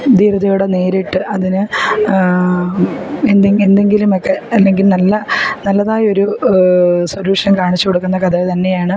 ധീരതയോടെ നേരിട്ട് അതിന് എന്തെങ്കിലും എന്തെങ്കിലുമൊക്കെ അല്ലെങ്കില് നല്ല നല്ലതായൊരു സൊല്യൂഷന് കാണിച്ചു കൊടുക്കുന്ന കഥകൾ തന്നെയാണ്